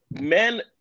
men